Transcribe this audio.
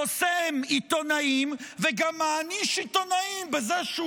חוסם עיתונאים וגם מעניש עיתונאים בזה שהוא